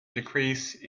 decrease